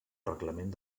reglament